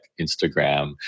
Instagram